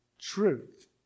truth